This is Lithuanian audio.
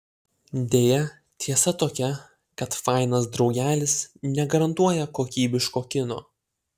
deja tiesa tokia kad fainas draugelis negarantuoja kokybiško kino